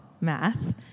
math